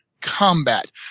combat